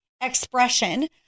expression